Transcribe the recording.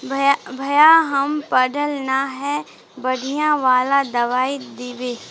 भैया हम पढ़ल न है बढ़िया वाला दबाइ देबे?